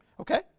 okay